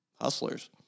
hustlers